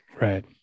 right